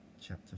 chapter